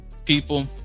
people